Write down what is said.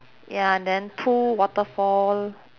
ya and then two waterfall